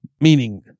meaning